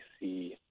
see